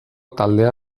taldea